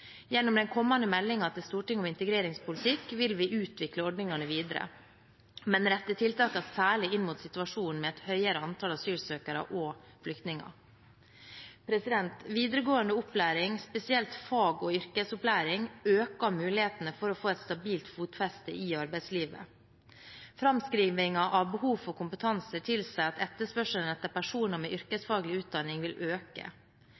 Gjennom den kommende meldingen til Stortinget om integreringspolitikk vil vi utvikle ordningene videre, men rette tiltakene særlig inn mot situasjonen med et høyere antall asylsøkere og flyktninger. Videregående opplæring, spesielt fag- og yrkesopplæring, øker mulighetene for å få et stabilt fotfeste i arbeidslivet. Framskrivningen av behov for kompetanse tilsier at etterspørselen etter personer med yrkesfaglig utdanning vil øke.